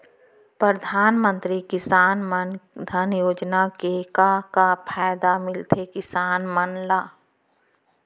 परधानमंतरी किसान मन धन योजना के का का फायदा मिलथे किसान मन ला?